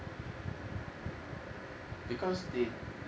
because they